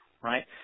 right